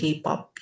K-pop